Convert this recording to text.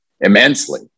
immensely